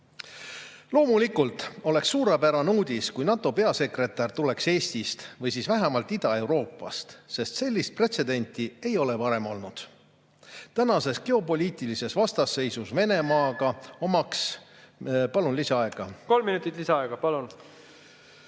Loomulikult oleks suurepärane uudis, kui NATO peasekretär tuleks Eestist või siis vähemalt Ida-Euroopast, sest sellist pretsedenti ei ole varem olnud. Praeguses geopoliitilises vastasseisus Venemaaga omaks ... Palun lisaaega! Kolm minutit lisaaega, palun!